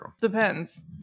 Depends